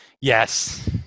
Yes